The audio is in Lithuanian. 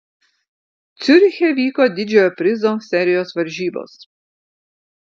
ciuriche vyko didžiojo prizo serijos varžybos